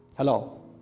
Hello